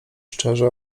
szczerze